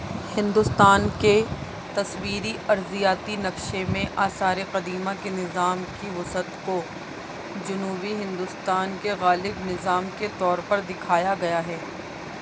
ہندوستان کے تصویری ارضیاتی نقشے میں آثار قدیمہ کے نظام کی وسعت کو جنوبی ہندوستان کے غالب نظام کے طور پر دکھایا گیا ہے